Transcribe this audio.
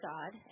God